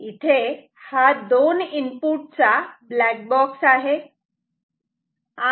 इथे हा दोन इनपुटचा ब्लॅक बॉक्स आहे